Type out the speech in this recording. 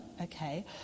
okay